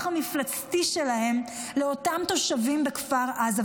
המפלצתי שלהם לאותם תושבים בכפר עזה.